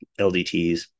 LDTs